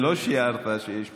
לא שיערת שיש פה,